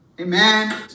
Amen